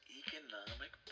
economic